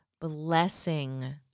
blessing